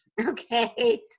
okay